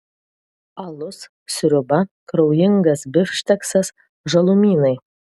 alus sriuba kraujingas bifšteksas žalumynai